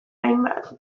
hainbat